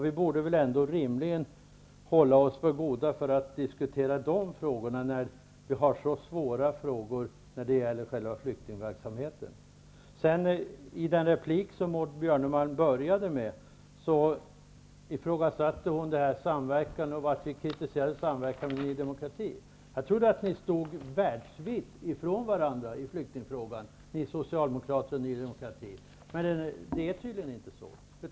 Vi borde väl rimligen hålla oss för goda för att diskutera de frågorna, när vi har så svåra frågor att lösa när det gäller själva flyktingverksamheten. I början av sitt anförande ifrågasatte Maud Björnemalm att vi kritiserade samverkan med Ny demokrati. Jag trodde att det var en världsvid skillnad mellen er socialdemokrater och Ny demokrati i flyktingfrågan, men det är tydligen inte så.